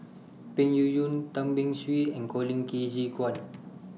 Peng Yuyun Tan Beng Swee and Colin Qi Zhe Quan